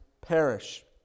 perish